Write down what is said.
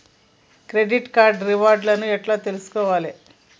Credit card reward లను ఎట్ల తెలుసుకోవాలే?